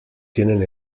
tienen